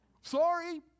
Sorry